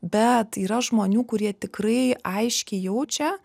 bet yra žmonių kurie tikrai aiškiai jaučia